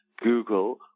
Google